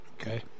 Okay